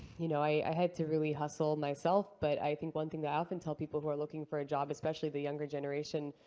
you know, i had to really hustle, myself. but i think one thing that i often tell people who are looking for a job, especially the younger generation,